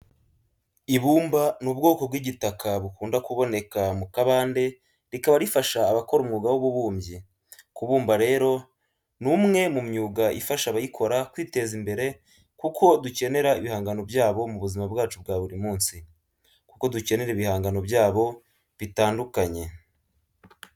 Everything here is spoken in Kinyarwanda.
Ibumba ni ubwoko bw'igitaka bukunda kuboneka mu kabande rikaba rifasha abakora umwuga w'ububumbyi. Kubumba rero ni umwe mu myuga ifasha abayikora kwiteza imbere kuko dukenera ibihangano byabo mu buzima bwacu bwa buri munsi, kuko dukenera ibihangano byabo bitandukanye,